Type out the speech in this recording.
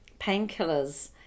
painkillers